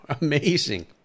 Amazing